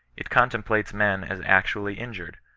it contemplates men as actually injured,